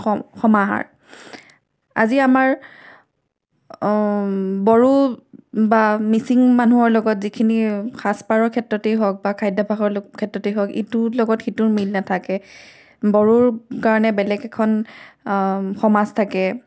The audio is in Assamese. সম সমাহাৰ আজি আমাৰ বড়ো বা মিচিং মানুহৰ লগত যিখিনি সাজপাৰৰ ক্ষেত্ৰতেই হওক বা খাদ্যভ্যাসৰ ক্ষেত্ৰতেই হওক ইটোৰ লগত সিটোৰ মিল নাথাকে বড়োৰ কাৰণে বেলেগ এখন সমাজ থাকে